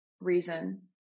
reason